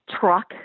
truck